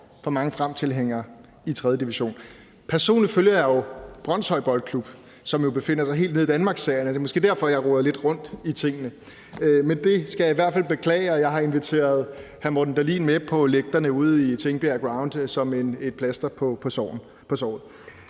for mange Fremtilhængere, i 3. division. Personligt følger jeg Brønshøj Boldklub, som jo befinder sig helt nede i Danmarksserien, og det er måske derfor, jeg roder lidt rundt i tingene. Men det skal jeg i hvert fald beklage, og jeg har inviteret hr. Morten Dahlin med på lægterne ude i Tingbjerg Ground som et plaster på såret.